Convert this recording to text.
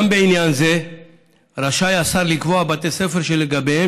גם בעניין זה רשאי השר לקבוע בתי ספר שלגביהם